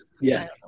Yes